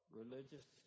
religious